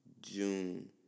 June